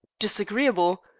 disagreeable?